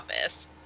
office